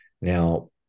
Now